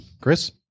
Chris